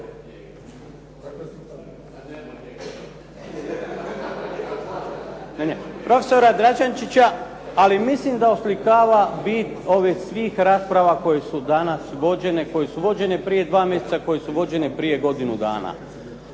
profesora Draženčića. Ali mislim da oslikava bit ovih svih rasprava koje su danas vođene, koje su vođene prije dva mjeseca, koje su vođene prije godinu dana,